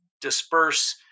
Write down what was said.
disperse